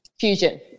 Fusion